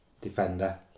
defender